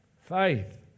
faith